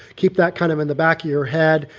keep that kind of in the back of your head.